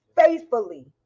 faithfully